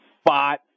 spot